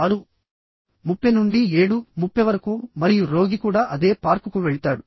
30 నుండి 730 వరకు మరియు రోగి కూడా అదే పార్కుకు వెళ్తాడు